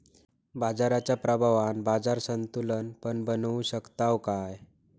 बाजाराच्या प्रभावान बाजार संतुलन पण बनवू शकताव काय?